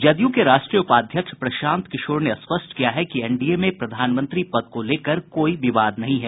जदयू के राष्ट्रीय उपाध्यक्ष प्रशांत किशोर ने स्पष्ट किया है कि एनडीए में प्रधानमंत्री पद को लेकर कोई विवाद नहीं है